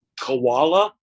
koala